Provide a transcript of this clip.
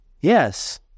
Yes